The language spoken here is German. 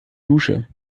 dusche